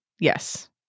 Yes